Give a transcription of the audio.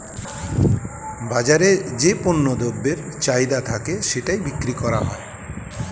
বাজারে যে পণ্য দ্রব্যের চাহিদা থাকে সেটাই বিক্রি করা হয়